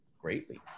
greatly